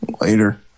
Later